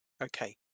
Okay